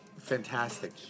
fantastic